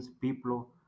people